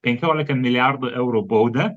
penkiolika milijardų eurų baudą